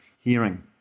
hearing